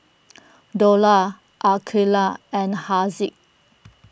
Dollah Aqilah and Haziq